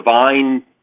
divine